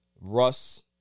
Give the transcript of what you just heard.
Russ